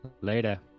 Later